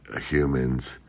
humans